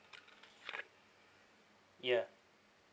ya